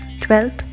twelfth